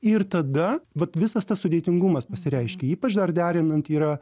ir tada vat visas tas sudėtingumas pasireiškia ypač dar derinant yra